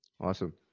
Awesome